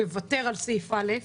לוותר על סעיף א',